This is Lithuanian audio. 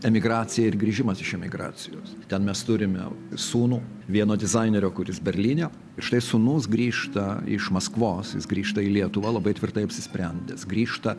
emigracija ir grįžimas iš emigracijos ten mes turime sūnų vieno dizainerio kuris berlyne ir štai sūnus grįžta iš maskvos jis grįžta į lietuvą labai tvirtai apsisprendęs grįžta